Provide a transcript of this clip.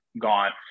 gone